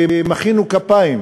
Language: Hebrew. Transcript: מחאנו כפיים